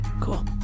Cool